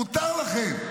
מותר לכם.